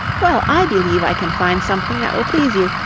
well, i believe i can find something that will please you,